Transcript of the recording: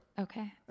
Okay